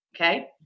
okay